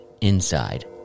inside